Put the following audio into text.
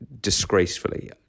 disgracefully